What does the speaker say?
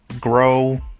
grow